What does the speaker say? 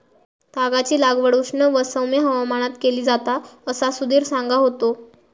तागाची लागवड उष्ण व सौम्य हवामानात केली जाता असा सुधीर सांगा होतो